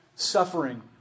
suffering